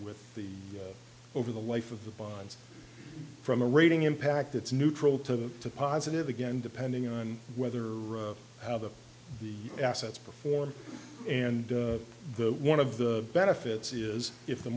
with the over the life of the bonds from a rating impact that's neutral to the positive again depending on whether or how the assets perform and one of the benefits is if the